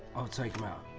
i'll take him out.